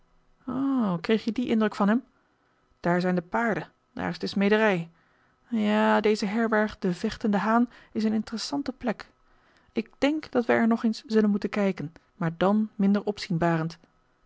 kreeg je dien indruk van hem daar zijn de paarden daar is de smederij ja deze herberg de vechtende haan is een interessante plek ik denk dat wij er nog eens zullen moeten kijken maar dan minder